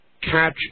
catch